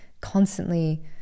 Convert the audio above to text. constantly